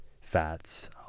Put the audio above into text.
fats